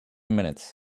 minutes